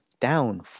down